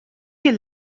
you